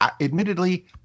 admittedly